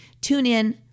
TuneIn